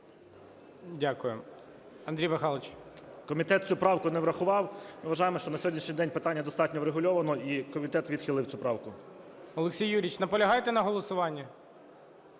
Дякую. Андрій Михайлович. 11:37:49 ГЕРУС А.М. Комітет цю правку не врахував. Ми вважаємо, що на сьогоднішній день питання достатньо врегульовано, і комітет відхилив цю правку. ГОЛОВУЮЧИЙ. Олексій Юрійович, наполягаєте на голосуванні?